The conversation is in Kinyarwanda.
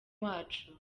wacu